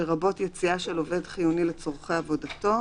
לרבות יציאה של עובד חיוני לצורכי עבודתו,